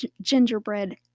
gingerbread